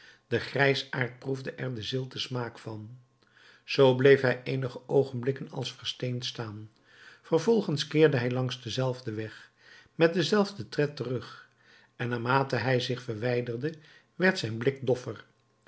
de grijsaard proefde er den zilten smaak van zoo bleef hij eenige oogenblikken als versteend staan vervolgens keerde hij langs denzelfden weg met denzelfden tred terug en naarmate hij zich verwijderde werd zijn blik doffer